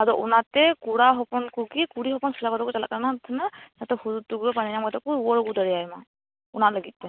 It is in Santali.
ᱟᱫᱚ ᱚᱱᱟᱛᱮ ᱠᱚᱲᱟᱦᱚᱯᱚᱱ ᱠᱚᱜᱮ ᱠᱩᱲᱤ ᱦᱚᱯᱚᱱ ᱥᱟᱡᱟᱣ ᱠᱟᱛᱮᱠᱚ ᱪᱟᱞᱟᱜ ᱠᱟᱱᱛᱟᱦᱮᱱᱟ ᱡᱟᱛᱮ ᱦᱩᱫᱩᱲᱫᱩᱨᱜᱟ ᱯᱟᱸᱡᱟ ᱧᱟᱢ ᱠᱟᱛᱮᱫ ᱠᱚ ᱨᱩᱣᱟ ᱲ ᱟ ᱜᱩ ᱫᱟᱲᱮᱭᱟᱭ ᱢᱟ ᱚᱱᱟ ᱞᱟ ᱜᱤᱫ ᱛᱮ